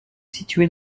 située